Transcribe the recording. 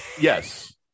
Yes